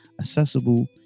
accessible